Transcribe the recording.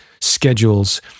schedules